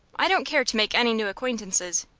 i don't care to make any new acquaintances.